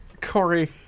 Corey